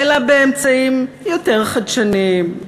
אלא באמצעים יותר חדשניים,